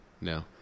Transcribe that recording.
No